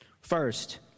First